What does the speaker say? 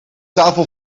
tafel